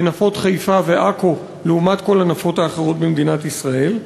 בנפות חיפה ועכו לעומת כל הנפות האחרות במדינת ישראל.